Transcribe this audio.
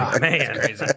Man